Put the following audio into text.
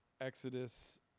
Exodus